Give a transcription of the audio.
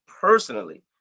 personally